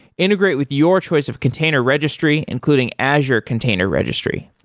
integrate with your choice of container registry, including azure container registry.